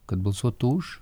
kad balsuotų už